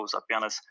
apenas